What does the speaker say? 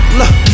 look